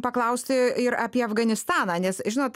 paklausti ir apie afganistaną nes žinot